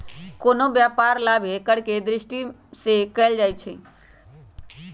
कोनो व्यापार लाभे करेके दृष्टि से कएल जाइ छइ